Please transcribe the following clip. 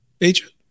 agent